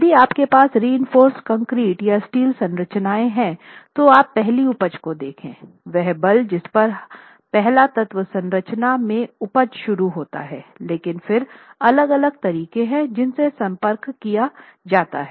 यदि आप के पास रिइंफोर्सड कंक्रीट या स्टील संरचनाएं हैं तो आप पहली उपज को देखे वह बल जिस पर पहला तत्व संरचना में उपज शुरू होता है लेकिन फिर अलग अलग तरीके हैं जिनसे संपर्क किया जाता है